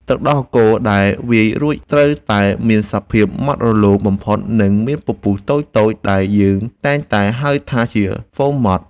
ទឹកដោះគោដែលវាយរួចត្រូវតែមានសភាពម៉ត់រលោងបំផុត និងមានពពុះតូចៗដែលយើងតែងតែហៅថាជាហ្វូមម៉ត់។